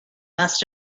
must